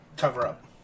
cover-up